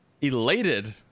elated